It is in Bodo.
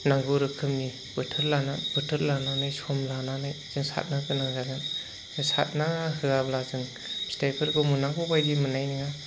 नांगौ रोखोमनि बोथोर लानानै सम लानानै जों सारनो गोनां जागोन सारना होआब्ला जों फिथाइफोरखौ मोननांगौ बायदि मोननाय नङा